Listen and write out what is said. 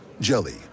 Jelly